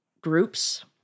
groups